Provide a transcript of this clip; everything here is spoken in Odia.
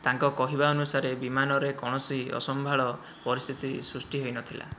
ତାଙ୍କ କହିବା ଅନୁସାରେ ବିମାନରେ କୌଣସି ଅସମ୍ଭାଳ ପରିସ୍ଥିତି ସୃଷ୍ଟି ହେଇନଥିଲା